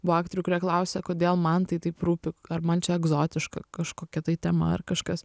buvo aktorių kurie klausė kodėl man tai taip rūpi ar man čia egzotiška kažkokia tai tema ar kažkas